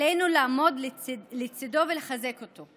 עלינו לעמוד לצידו ולחזק אותו.